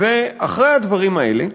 אחרי הדברים האלה,